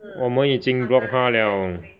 我们已经 block 她 liao